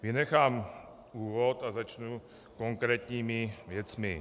Vynechám úvod a začnu konkrétními věcmi.